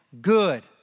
good